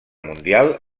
mundial